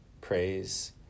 Praise